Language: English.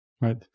right